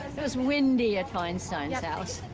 it was windy at feinstein's house.